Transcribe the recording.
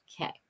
Okay